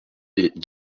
est